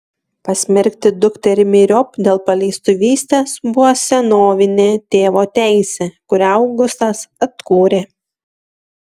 pasmerkti dukterį myriop dėl paleistuvystės buvo senovinė tėvo teisė kurią augustas atkūrė